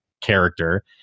character